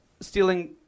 stealing